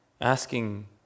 asking